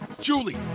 Julie